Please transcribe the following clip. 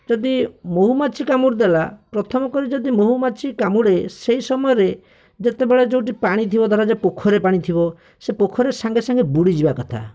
ଯଦି ମହୁମାଛି କାମୁଡ଼ି ଦେଲା ପ୍ରଥମ କରି ଯଦି ମହୁମାଛି କାମୁଡ଼େ ସେହି ସମୟରେ ଯେତେବେଳେ ଯେଉଁଠି ପାଣିଥିବ ଧରାଯାଉ ପୋଖରୀରେ ପାଣି ଥିବ ସେ ପୋଖରୀରେ ସଙ୍ଗେ ସଙ୍ଗେ ବୁଡ଼ିଯିବା କଥା